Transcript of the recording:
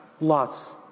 lots